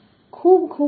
ખૂબ ખૂબ આભાર